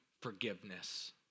forgiveness